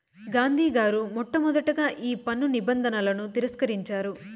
గాంధీ గారు మొట్టమొదటగా ఈ పన్ను నిబంధనలను తిరస్కరించారు